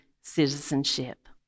citizenship